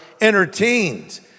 entertained